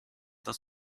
das